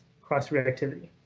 cross-reactivity